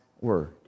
word